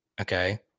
okay